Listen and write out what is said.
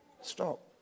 stop